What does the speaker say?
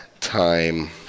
time